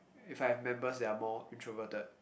if I have members they are more introverted